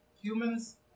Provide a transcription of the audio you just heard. Humans